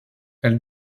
elle